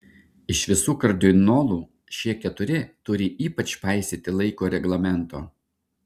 iš visų kardinolų šie keturi turi ypač paisyti laiko reglamento